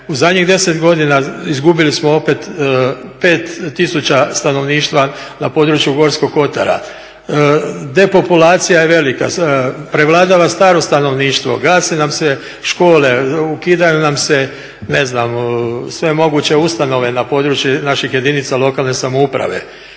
u zadnjih 10 godina izgubili smo opet 5000 stanovništva na području Gorskog kotara. Depopulacija je velika, prevladava staro stanovništvo, gase nam se škole, ukidaju nam se ne znam sve moguće ustanove na području naših jedinica lokalne samouprave.